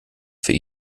für